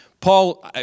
Paul